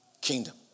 kingdom